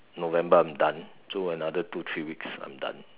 November I'm done so another two three weeks I'm done